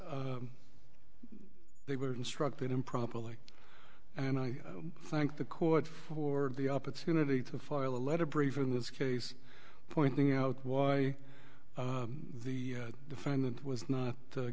they were instructed improperly and i thank the court for the opportunity to file a letter brief in this case pointing out why the defendant was not